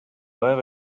aveva